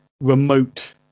remote